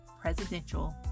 presidential